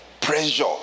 Pressure